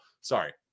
sorry